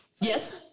yes